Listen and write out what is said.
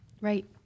right